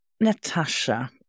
Natasha